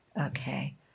Okay